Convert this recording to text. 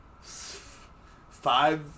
five